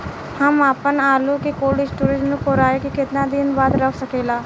हम आपनआलू के कोल्ड स्टोरेज में कोराई के केतना दिन बाद रख साकिले?